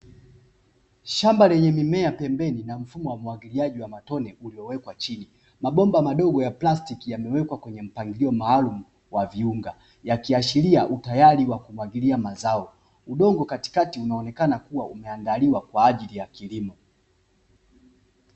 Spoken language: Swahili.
Shamba lenye mimea pembeni na mfumo wa umwagiliaji wa matone uliowekwa chini, mabomba madogo ya plastiki yamewekwa kwenye mpangilio maalumu wa viunga, yakiashiria utayari wa kumwagilia mazao, udongo katikati unonekana kuwa umeandaliwa kwa ajili ya kilimo.